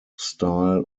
style